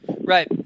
Right